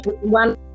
One